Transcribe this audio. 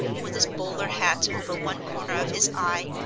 with his bowler hat over one corner of his eye,